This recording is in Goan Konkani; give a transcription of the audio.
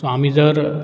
आमी जर